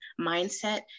mindset